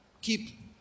Keep